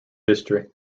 history